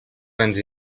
béns